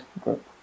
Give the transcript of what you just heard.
Group